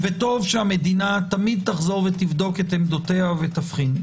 טוב שהמדינה תמיד תחזור ותבדוק את עמדותיה ותבחין.